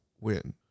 win